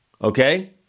Okay